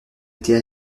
était